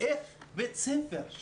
איך בית ספר,